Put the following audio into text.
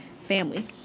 family